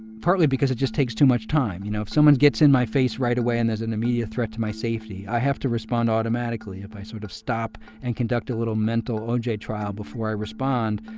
partly because it just takes too much time. you know, if someone gets in my face right away and there's an immediate threat to my safety, i have to respond automatically. if i sort of stop and conduct a little mental o j. trial before i respond,